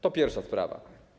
To pierwsza sprawa.